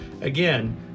Again